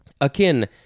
Akin